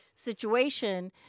situation